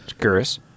curious